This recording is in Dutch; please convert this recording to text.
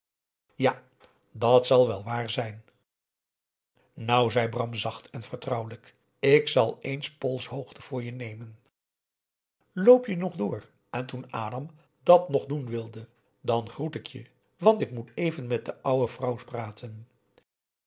ja dat zal wel waar zijn nou zei bram zacht en vertrouwelijk ik zal eens poolshoogte voor je nemen loop je nog door en toen adam dat nog doen wilde eel an groet ik je want ik moet even met de ouwe vrouw praten